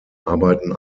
arbeiten